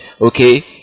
okay